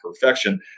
perfection